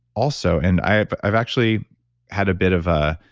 also, and i've i've actually had a bit of a.